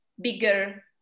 bigger